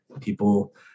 People